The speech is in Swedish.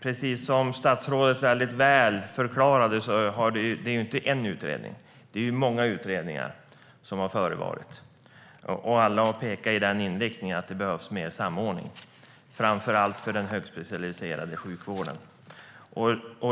Precis som statsrådet väldigt väl förklarade är det inte en utredning. Det är många utredningar som har förevarit, och alla har pekat i den riktningen: att det behövs mer samordning, framför allt för den högspecialiserade sjukvården.